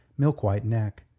milk-white neck.